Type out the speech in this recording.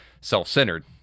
self-centered